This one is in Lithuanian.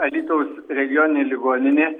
alytaus regioninė ligoninė